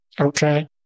Okay